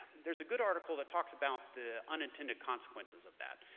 there's a good article that talks about the unintended consequences of that.